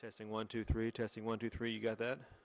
testing one two three testing one two three you got